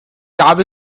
gab